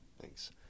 Thanks